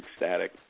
ecstatic